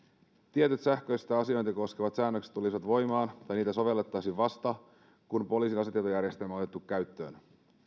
tietyt sähköistä asiointia koskevat säännökset tulisivat voimaan tai niitä sovellettaisiin vasta kun poliisin asetietojärjestelmä on otettu käyttöön